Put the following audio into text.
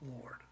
Lord